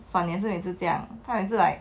but 你每次也是这样他每次 like